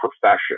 profession